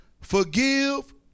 forgive